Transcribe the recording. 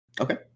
okay